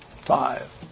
Five